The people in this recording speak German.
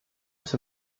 ist